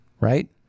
right